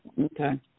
Okay